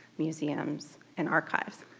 museums, and archives.